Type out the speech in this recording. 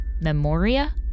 Memoria